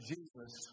Jesus